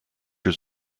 was